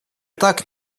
так